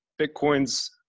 Bitcoin's